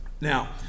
Now